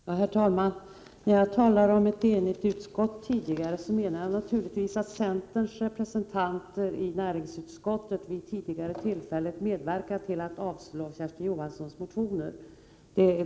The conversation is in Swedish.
Herr talman! När jag tidigare talade om ett enigt utskott avsåg jag 15 december 1988 naturligtvis det faktum att centerns representanter i näringsutskottet vid ==: soma en tidigare tillfällen medverkat till att avstyrka Kersti Johanssons motioner.